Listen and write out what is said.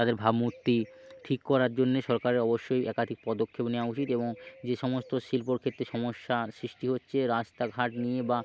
তাদের ভাবমূর্তি ঠিক করার জন্যে সরকারের অবশ্যই একাধিক পদক্ষেপ নেওয়া উচিত এবং যে সমস্ত শিল্পর ক্ষেত্রে সমস্যার সৃষ্টি হচ্ছে রাস্তাঘাট নিয়ে বা